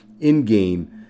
in-game